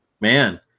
man